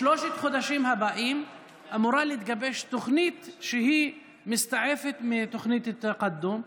בשלושת החודשים הבאים אמורה להתגבש תוכנית שהיא מסתעפת מתוכנית תקאדום,